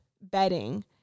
bedding